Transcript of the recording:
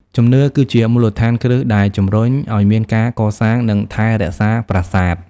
ជំនឿ គឺជាមូលដ្ឋានគ្រឹះដែលជំរុញឱ្យមានការកសាង និងថែរក្សាប្រាសាទ។